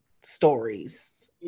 stories